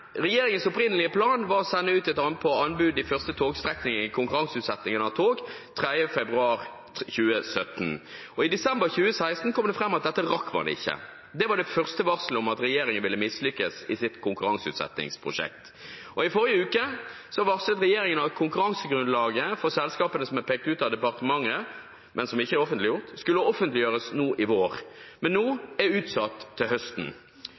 Regjeringens opprinnelige plan var å sende ut på anbud de første togstrekninger i konkurranseutsettingen av tog den 3. februar 2017. I desember 2016 kom det fram et dette rakk man ikke. Det var det første varselet om at regjeringen ville mislykkes i sitt konkurranseutsettingsprosjekt. I forrige uke varslet regjeringen at konkurransegrunnlaget for selskapene som er pekt ut av departementet, men som ikke er offentliggjort, skulle offentliggjøres nå i vår, men er nå utsatt til høsten.